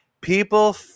People